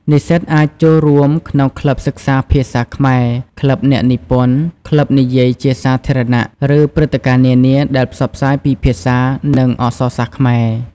និស្សិតអាចចូលរួមក្នុងក្លឹបសិក្សាភាសាខ្មែរ ក្លឹបអ្នកនិពន្ធ ក្លឹបនិយាយជាសាធារណៈ ឬព្រឹត្តិការណ៍នានាដែលផ្សព្វផ្សាយពីភាសា និងអក្សរសាស្ត្រខ្មែរ។